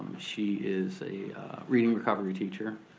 she is a reading recovery teacher.